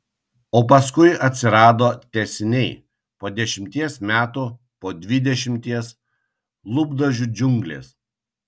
o paskui atsirado tęsiniai po dešimties metų po dvidešimties lūpdažių džiunglės